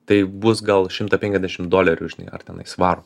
tai bus gal šimtą penkiasdešim dolerių žinai ar tenai svarų